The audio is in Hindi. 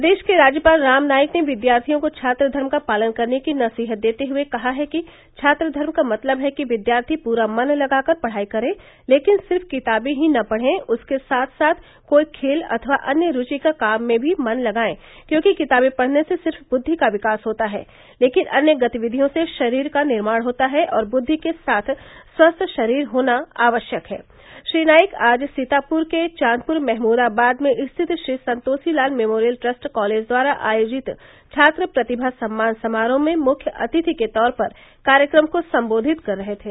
प्रदेश के राज्यपाल राम नाईक ने विद्यार्थियों को छात्र धर्म का पालन करने की नसीहत देते हुए कहा है कि छात्र धर्म का मतलब है कि विद्यार्थी पूरा मन लगाकर पढ़ाई करे लेकिन सिर्फ किताबे ही न पढे उसके साथ साथ कोई खेल अथवा अन्य रुचि का काम मे भी मन लगाएं क्योंकि किताबे पढ़ने से सिर्फ बुद्धि का विकास होता है लेकिन अन्य गतिविधियों से शरीर का निर्माण होता है और बुद्धि के साथ स्वस्थ शरीर होना आवश्यक है श्री नाईक आज सीतापुर के चांदपुर महमूदाबाद में स्थित Shri Santoshi Lal memorial trust college द्वारा आयोजित छात्र प्रतिभा सम्मान समारोह में मुख्य अतिथि के तौर पर कार्यक्रम को संबोधित कर रहे थे